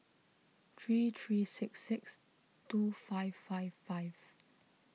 three three six six two five five five